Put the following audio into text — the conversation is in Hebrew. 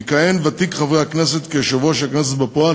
יכהן ותיק חברי הכנסת כיושב-ראש הכנסת בפועל,